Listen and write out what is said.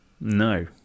No